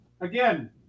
Again